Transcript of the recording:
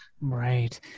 Right